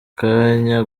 kanya